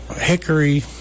hickory